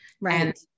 right